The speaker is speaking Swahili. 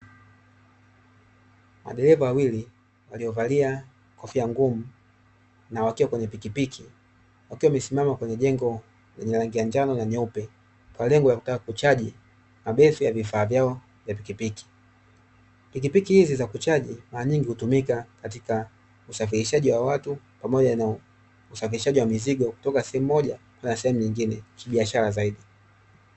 Madereva wawili, waliovalia kofia ngumu na wakiwa kwenye pikipiki, wakiwa wamesimama kwenye jengo lenye rangi ya njano na nyeupe kwa lengo la kutaka kuchaji mabetri ya vifaa vyao vya pikipiki. Pikipiki hizi za kuchaji mara nyingi hutumika katika usafirishaji wa watu, pamoja na usafirishaji wa mizigo kutoka sehemu moja kwenda sehemu nyingine kibiashara zaidi.